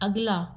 अगला